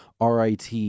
RIT